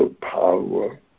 power